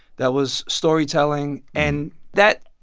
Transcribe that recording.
that was storytelling and that,